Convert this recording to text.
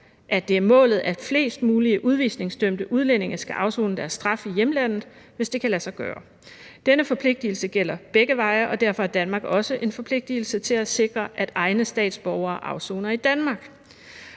at det er målet, at flest mulige udvisningsdømte udlændinge skal afsone deres straf i hjemlandet, hvis det kan lade sig gøre. Denne forpligtigelse gælder begge veje, og derfor har Danmark også en forpligtigelse til at sikre, at egne statsborgere afsoner i Danmark.